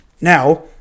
Now